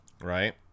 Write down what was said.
Right